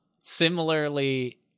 Similarly